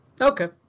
Okay